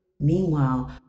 Meanwhile